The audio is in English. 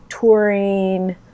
touring